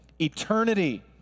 eternity